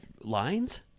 lines